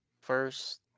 first